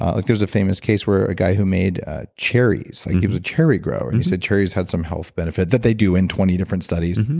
like there was a famous case where a guy who made ah cherries like he was a cherry grower, and he said cherries had some health benefit that they do in twenty different studies,